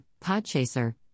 Podchaser